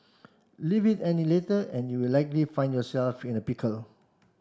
leave it any later and you will likely find yourself in a pickle